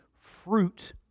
fruit